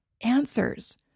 answers